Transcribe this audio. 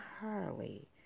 Harley